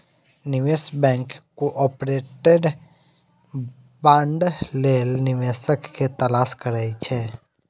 निवेश bank corporate bond लेल निवेशक के तलाश करै छै